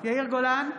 יאיר גולן,